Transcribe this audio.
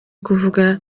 kuvuga